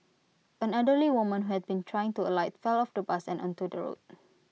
an elderly woman who had been trying to alight fell off the bus and onto the road